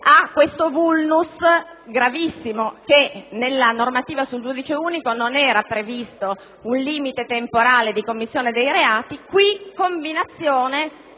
questo *vulnus* gravissimo, visto che nella normativa sul giudice unico non era previsto un limite temporale di commissione dei reati; invece qui combinazione,